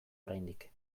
oraindik